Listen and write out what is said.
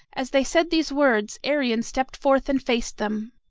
as they said these words, arion stepped forth and faced them.